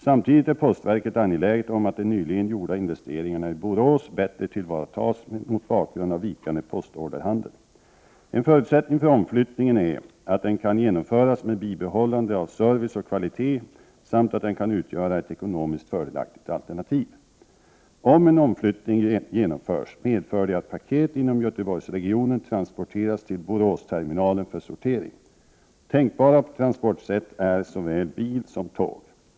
Samtidigt är postverket angeläget om att de nyligen gjorda investeringarna i Borås bättre tillvaratas mot bakgrund av vikande postorderhandel. En förutsättning för omflyttningen är att den kan genomföras med bibehållande av service och kvalitet samt att den kan utgöra ett ekonomiskt fördelaktigt alternativ. Om en omflyttning genomförs medför det att paket inom Göteborgsregionen transporteras till Boråsterminalen för sortering. Tänkbara transportsätt är såväl bil som tåg.